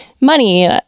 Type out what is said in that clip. money